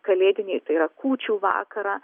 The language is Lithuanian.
kalėdiniai tai yra kūčių vakarą